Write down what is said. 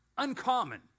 uncommon